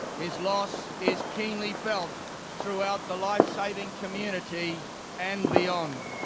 his loss is keenly felt throughout the lifesaving community and beyond.